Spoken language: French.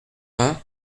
vingt